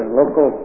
local